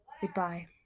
goodbye